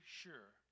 sure